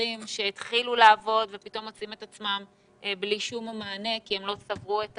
משוחררים שהתחילו לעבוד ופתאום מוצאים עצמם ללא מענה כי הם לא צברו את